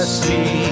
see